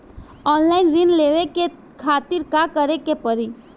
Online ऋण लेवे के खातिर का करे के पड़ी?